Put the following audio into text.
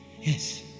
Yes